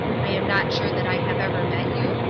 i am not sure that i have ever met you?